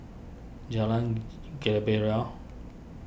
Jalan Gembira